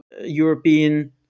European